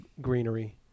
greenery